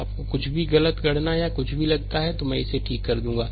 आपको कुछ भी गलत गणना या कुछ भी लगता है तो मैं इसे ठीक कर दूंगा